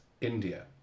India